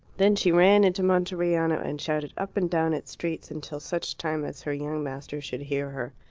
then she ran into monteriano and shouted up and down its streets until such time as her young master should hear her.